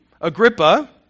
Agrippa